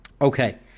Okay